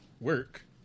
work